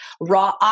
raw